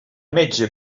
metge